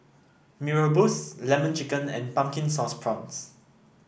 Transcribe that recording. Mee Rebus lemon chicken and Pumpkin Sauce Prawns